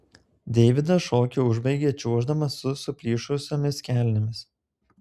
deividas šokį užbaigė čiuoždamas su suplyšusiomis kelnėmis